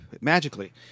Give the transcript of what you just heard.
magically